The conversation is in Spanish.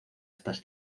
estas